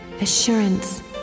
assurance